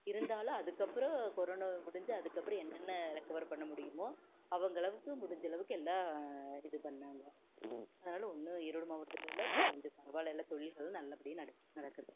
இருந்தாலும் அதுக்கப்புறம் கொரோனோ முடிஞ்சு அதுக்கப்புறம் என்னென்ன ரெக்கவர் பண்ண முடியுமோ அவங்க அளவுக்கு முடிஞ்சளவுக்கு எல்லாம் இது பண்ணிணாங்க அதனாலே ஒன்றும் ஈரோடு மாவட்டத்துலெலாம் இப்போ கொஞ்சம் பரவாயில்லை எல்லா தொழில்களும் நல்லபடியாக நடக் நடக்குது